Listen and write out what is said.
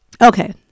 Okay